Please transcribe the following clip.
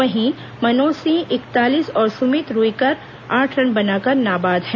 वहीं मनोज सिंह इकतालीस और सुमित रूईकर आठ रन बनाकर नाबाद हैं